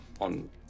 on